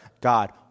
God